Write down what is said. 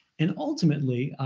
and ultimately,